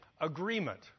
agreement